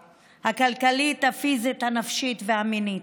הכלכלית, הפיזית, הנפשית והמינית.